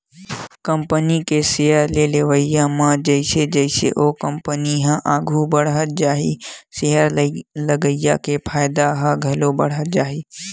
company के share के लेवई म जइसे जइसे ओ कंपनी ह आघू बड़हत जाही सेयर लगइया के फायदा ह घलो बड़हत जाही